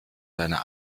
seiner